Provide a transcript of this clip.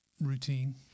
routine